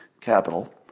capital